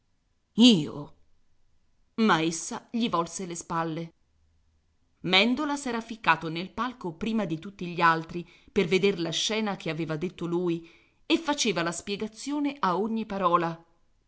ma essa gli volse le spalle mèndola s'era ficcato nel palco prima di tutti gli altri per veder la scena che aveva detto lui e faceva la spiegazione a ogni parola